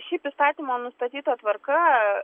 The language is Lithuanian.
šiaip įstatymo nustatyta tvarka